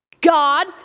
God